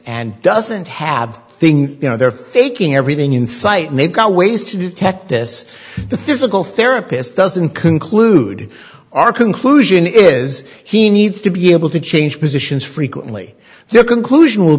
and doesn't have things you know they're faking everything in sight and they've got ways to detect this the physical therapist doesn't conclude our conclusion is he needs to able to change positions frequently your conclusion will